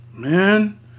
Man